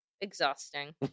exhausting